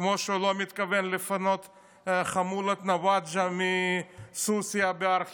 כמו שהוא לא מתכוון לפנות את חמולת נוואג'ה מסוסיא בהר חברון.